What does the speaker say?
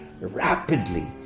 rapidly